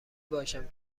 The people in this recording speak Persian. باشم